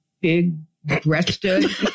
big-breasted